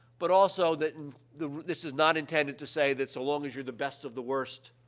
but also that and the this is not intended to say that so long as you're the best of the worst,